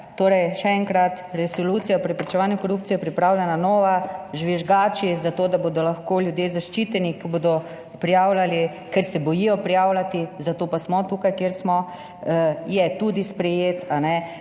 Torej, še enkrat, Resolucija o preprečevanju korupcije je pripravljena, nova. Žvižgači, zato da bodo lahko ljudje zaščiteni, ko bodo prijavljali, ker se bojijo prijavljati, zato pa smo tukaj, kjer smo, je tudi sprejet.